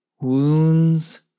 wounds